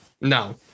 no